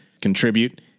contribute